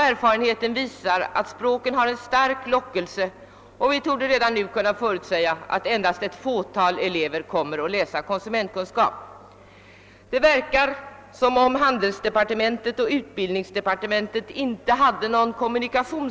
Erfarenheterna visar att språken har en stark lockelse, och vi torde redan nu kunna förutsäga att endast ett fåtal elever kommer att läsa konsumentkunskap. Det verkar som om handelsdepartementet och utbildningsdepartementet inte hade några inbördes kommunikationer.